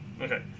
Okay